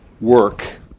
work